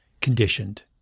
conditioned